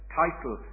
title